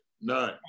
None